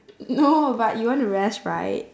no but you want to rest right